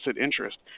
interest